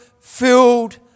filled